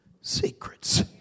secrets